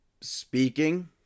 speaking